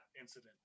incident